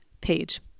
page